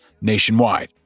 nationwide